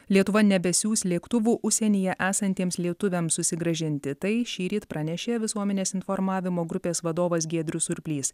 lietuva nebesiųs lėktuvų užsienyje esantiems lietuviams susigrąžinti tai šįryt pranešė visuomenės informavimo grupės vadovas giedrius surplys